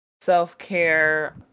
self-care